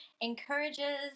encourages